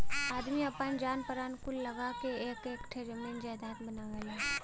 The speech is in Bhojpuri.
आदमी आपन जान परान कुल लगा क एक एक ठे जमीन जायजात बनावेला